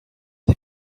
des